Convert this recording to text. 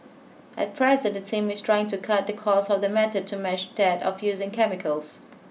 at present the team is trying to cut the cost of the method to match that of using chemicals